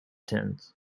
tins